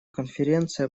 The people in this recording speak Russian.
конференция